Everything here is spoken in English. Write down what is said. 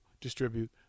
distribute